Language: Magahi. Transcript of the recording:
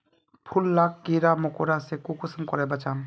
फूल लाक कीड़ा मकोड़ा से कुंसम करे बचाम?